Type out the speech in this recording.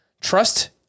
trust